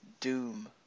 Doom